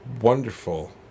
wonderful